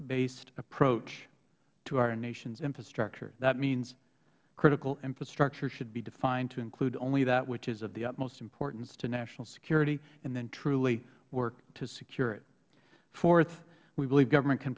based approach to our nation's infrastructure that means critical infrastructure should be defined to include only that which is of the utmost importance to national security and then truly work to secure it fourth we believe government can